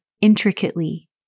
intricately